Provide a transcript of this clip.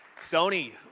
Sony